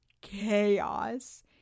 chaos